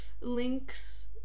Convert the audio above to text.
links